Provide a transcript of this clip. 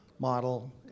model